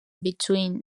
between